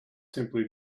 simply